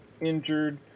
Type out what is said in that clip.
injured